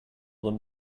than